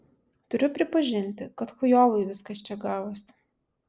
turiu pripažinti kad chujovai viskas čia gavosi